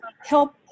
help